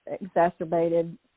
exacerbated